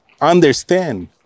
understand